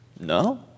No